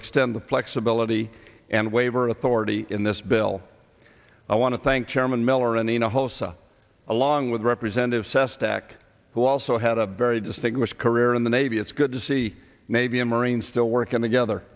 extend the flexibility and waiver authority in this bill i want to thank chairman miller anina hosa along with representative sestak who also had a very distinguished career in the navy it's good to see maybe a marine still working together